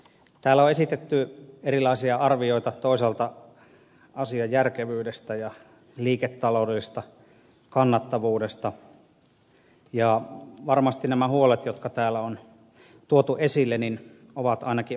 täällä on esitetty erilaisia arvioita toisaalta asian järkevyydestä ja liiketaloudellisesta kannattavuudesta ja varmasti nämä huolet jotka täällä on tuotu esille ovat ainakin osittain perusteltuja